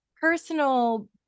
personal